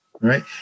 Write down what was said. Right